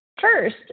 First